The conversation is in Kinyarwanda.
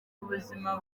ubuzima